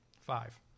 Five